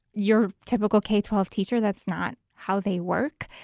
your typical k twelve teacher, that's not how they work.